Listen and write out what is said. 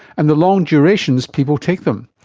and the long durations people take them.